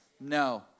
no